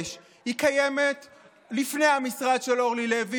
אני לא צריכה להגיד לך.